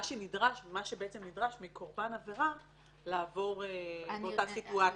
מה שנדרש מקורבן העבירה לעבור באותה סיטואציה.